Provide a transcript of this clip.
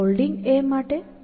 Holding માટે Pickup આવશ્યક છે